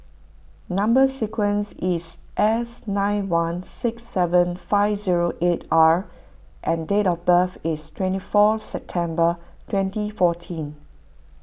Number Sequence is S nine one six seven five zero eight R and date of birth is twenty four September twenty fourteen